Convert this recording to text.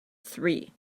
three